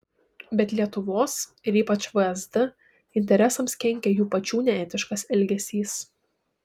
bet lietuvos ir ypač vsd interesams kenkia jų pačių neetiškas elgesys